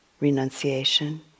renunciation